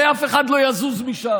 הרי אף אחד לא יזוז משום,